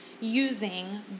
using